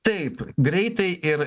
taip greitai ir